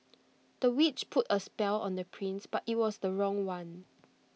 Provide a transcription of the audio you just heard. the witch put A spell on the prince but IT was the wrong one